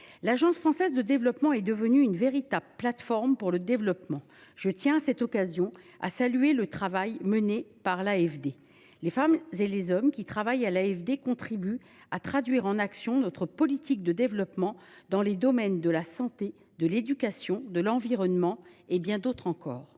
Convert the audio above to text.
L’Agence française de développement est devenue une véritable plateforme pour le développement. Je tiens à cette occasion à saluer le travail formidable qu’elle réalise. Les femmes et les hommes qui travaillent à l’AFD contribuent à traduire en actions notre politique de développement dans les domaines de la santé, de l’éducation, de l’environnement, et dans bien d’autres encore.